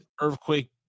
Earthquake